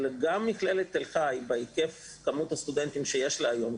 גם מכללת תל חי בהיקף כמות הסטודנטים שיש לה היום,